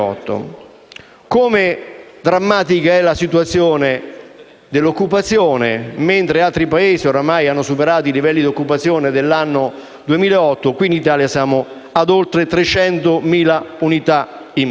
2008. Drammatica è anche la situazione dell'occupazione: mentre altri Paesi hanno superato i livelli di occupazione dell'anno 2008, in Italia siamo ad oltre 300.000 unità in meno.